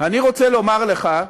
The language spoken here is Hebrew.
אני רוצה לומר לך,